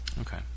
Okay